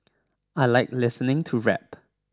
I like listening to rap